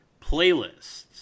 playlists